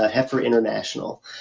ah heifer international.